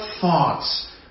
thoughts